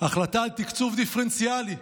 החלטה על תקצוב דיפרנציאלי,